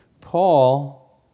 Paul